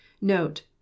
Note